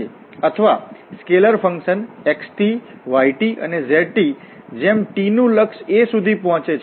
અથવા આ scalar function x y અને z જેમ t નું લક્ષ a સુધી પહોંચે છે